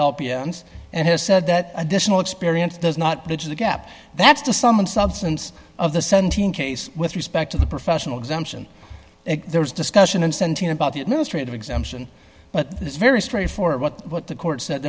s and has said that additional experience does not that is a gap that's the sum and substance of the seventeen case with respect to the professional exemption there is discussion and seventeen about the administrative exemption but it's very straightforward what what the court said